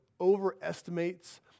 overestimates